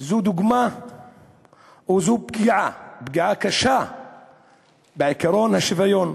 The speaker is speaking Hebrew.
שזו דוגמה או זו פגיעה, פגיעה קשה בעקרון השוויון.